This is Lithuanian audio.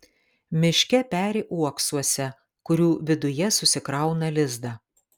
miške peri uoksuose kurių viduje susikrauna lizdą